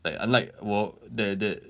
like unlike 我 that that